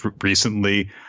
recently